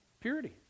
purity